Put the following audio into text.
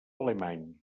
alemany